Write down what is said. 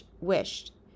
wished